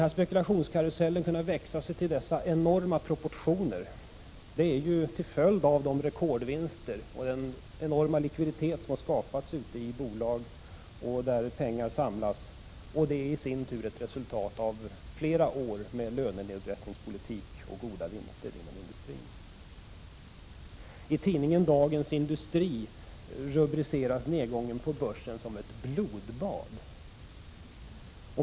Att spekulationskarusellen kunnat växa till dessa proportioner beror på de rekordvinster och den enorma likviditet som skapats ute i bolagen och på andra ställen där pengar samlats, och det är i sin tur ett resultat av flera år av lönenedpressningspolitik och goda vinster inom industrin. I tidningen Dagens Industri rubriceras nedgången på börsen som ett blodbad.